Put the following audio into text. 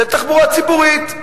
לתחבורה ציבורית,